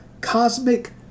cosmic